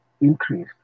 increase